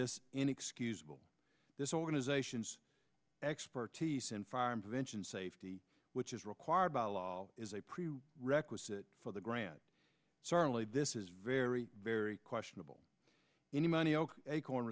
this inexcusable this organization's expertise in foreign prevention safety which is required by law is a preview requisite for the grand certainly this is very very questionable any money ok acorn